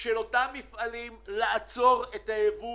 של אותם מפעלים, לעצור את הייבוא